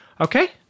Okay